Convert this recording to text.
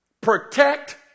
Protect